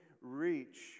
Reach